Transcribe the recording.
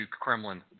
Kremlin